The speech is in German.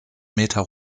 meter